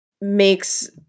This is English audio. makes